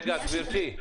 רגע, גברתי.